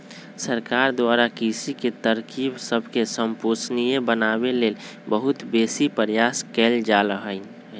सरकार द्वारा कृषि के तरकिब सबके संपोषणीय बनाबे लेल बहुत बेशी प्रयास कएल जा रहल हइ